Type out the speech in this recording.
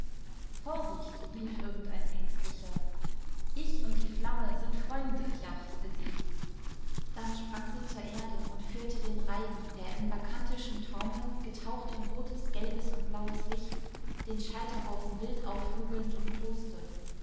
vorsicht rief irgendein ängstlicher ich und die flamme sind freunde jauchzte sie dann sprang sie zur erde und führte den reigen der in bacchantischem taumel getaucht in rotes gelbes und blaues licht den scheiterhaufen wild aufjubelnd umtoste